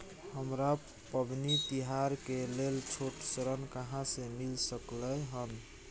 हमरा पबनी तिहार के लेल छोट ऋण कहाँ से मिल सकलय हन?